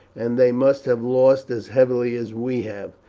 and they must have lost as heavily as we have.